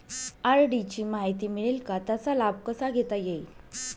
RD ची माहिती मिळेल का, त्याचा लाभ कसा घेता येईल?